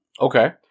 Okay